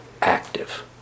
active